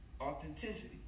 authenticity